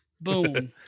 boom